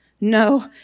No